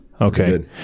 okay